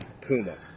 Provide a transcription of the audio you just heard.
Puma